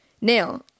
Now